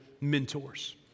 mentors